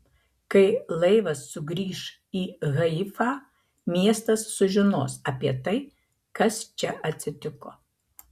kai laivas sugrįš į haifą miestas sužinos apie tai kas čia atsitiko